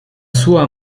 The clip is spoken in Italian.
sua